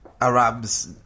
Arabs